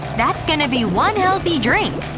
that's gonna be one healthy drink!